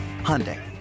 Hyundai